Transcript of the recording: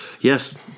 Yes